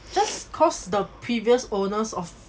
just cause the previous owners of